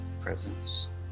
presence